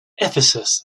ephesus